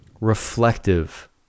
reflective